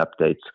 updates